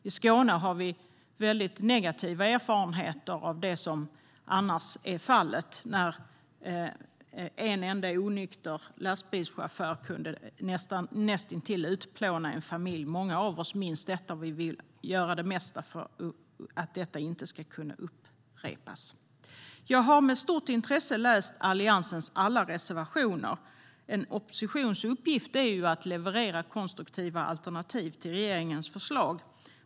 I Skåne har vi negativa erfarenheter av fallet där en enda onykter lastbilschaufför kunde näst intill utplåna en familj. Många av oss minns detta och vill göra det mesta för att det inte ska kunna upprepas. Jag har med stort intresse läst alla Alliansens reservationer. En oppositions uppgift är ju att leverera konstruktiva alternativ till regeringens förslag.